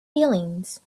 feelings